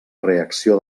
reacció